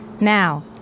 Now